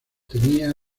tenía